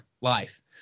life